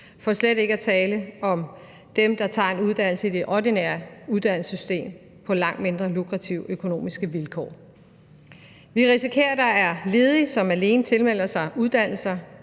for slet ikke at tale om dem, der tager en uddannelse i det ordinære uddannelsessystem på lukrativt set langt dårligere økonomiske vilkår. Vi risikerer, at der er ledige, som alene tilmelder sig uddannelser